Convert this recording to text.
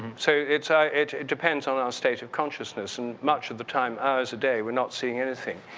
so, it ah it depends on our state of consciousness and much of the time, hours a day, we're not seeing anything.